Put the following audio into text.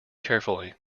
carefully